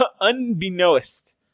Unbeknownst